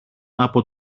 από